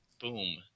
Boom